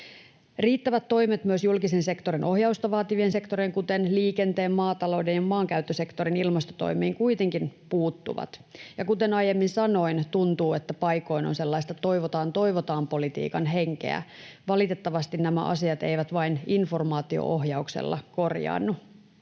Riittävät toimet myös julkisen sektorin ohjausta vaativien sektorien, kuten liikenteen, maatalouden ja maankäyttösektorin, ilmastotoimiin kuitenkin puuttuvat. Ja kuten aiemmin sanoin: tuntuu, että paikoin on sellaista toivotaan, toivotaan -politiikan henkeä. Valitettavasti nämä asiat eivät vain informaatio-ohjauksella korjaannu.